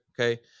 okay